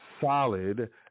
solid